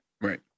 Right